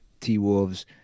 T-Wolves